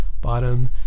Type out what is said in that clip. bottom